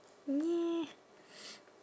ya